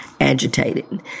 Agitated